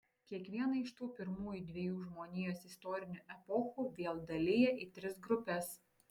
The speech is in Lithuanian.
kiekvieną iš tų pirmųjų dviejų žmonijos istorinių epochų vėl dalija į tris grupes